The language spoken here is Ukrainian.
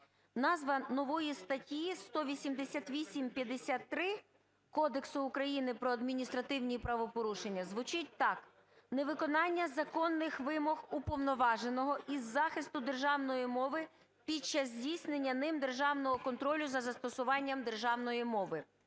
Назва нової статті 188-53 Кодексу України про адміністративні правопорушення звучить так: "Невиконання законних вимог Уповноваженого із захисту державної мови під час здійснення ним державного контролю за застосуванням державної мови".